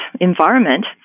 environment